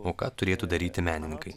o ką turėtų daryti menininkai